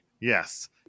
Yes